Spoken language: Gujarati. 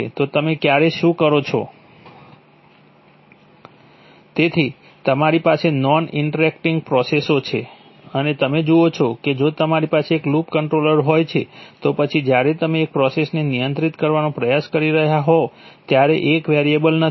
તો તમે ક્યારે શું કરો છો તેથી તમારી પાસે નોન ઇન્ટરેક્ટિંગ પ્રોસેસઓ છે તમે જુઓ છો કે જો તમારી પાસે એક લૂપ કંટ્રોલર હોય છે તો પછી જ્યારે તમે એક પ્રોસેસને નિયંત્રિત કરવાનો પ્રયાસ કરી રહ્યાં હોવ ત્યારે એક વેરિયેબલ નથી